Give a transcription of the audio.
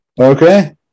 Okay